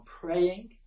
praying